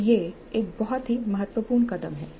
तो यह एक बहुत ही महत्वपूर्ण कदम है